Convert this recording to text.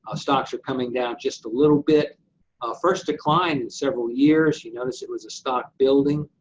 ah stocks were coming down just a little bit. our first decline in several years, you notice it was a stock building.